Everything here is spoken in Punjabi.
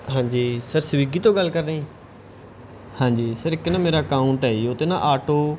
ਹਾਂਜੀ ਸਰ ਸਵੀਗੀ ਤੋਂ ਗੱਲ ਕਰ ਰਹੇ ਹਾਂਜੀ ਸਰ ਇੱਕ ਨਾ ਮੇਰਾ ਅਕਾਊਂਟ ਹੈ ਜੀ ਉਹ 'ਤੇ ਨਾ ਆਟੋ